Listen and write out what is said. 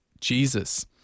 Jesus